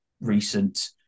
recent